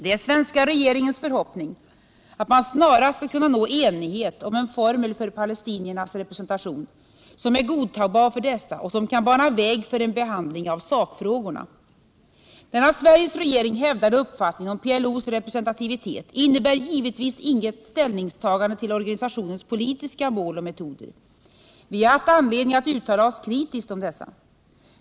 Det är svenska regeringens förhoppning att man snarast skall kunna nå enighet om en formel för palestiniernas representation som är godtagbar för dessa och som kan bana väg för en behandling av sakfrågorna. Den av Sveriges regering hävdade uppfattningen om PLO:s representativitet innebär givetvis inget ställningstagande till organisationens politiska mål och metoder. Vi har haft anledning att uttala oss kritiskt om dessa.